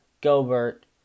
Gobert